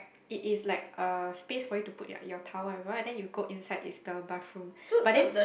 it is like a space for you to put your your towel whatever then you go inside it's the bathroom but then